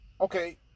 okay